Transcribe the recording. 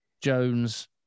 Jones